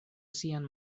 sian